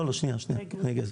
אני אגיע לזה.